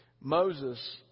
Moses